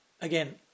again